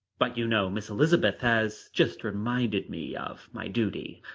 but you know miss elizabeth has just reminded me of my duty.